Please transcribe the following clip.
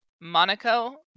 Monaco